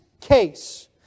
case